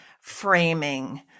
framing